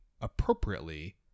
appropriately